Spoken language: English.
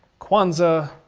kwanzaa,